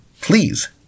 please